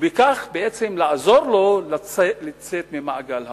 ובכך בעצם לעזור להם לצאת ממעגל העוני.